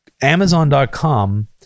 Amazon.com